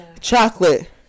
Chocolate